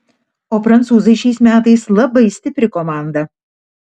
o prancūzai šiais metais labai stipri komanda